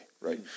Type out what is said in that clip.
right